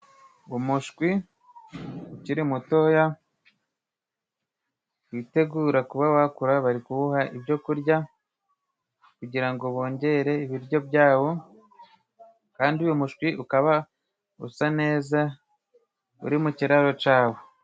Umushwi ukiri mutoya, witegura kuba wakura bari kuwuha ibyo kurya, kugira ngo bongere ibiryo byawo, kandi uyu mushwi ukaba usa neza, uri mu kiraro cawo.